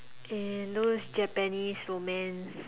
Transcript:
and those Japanese romance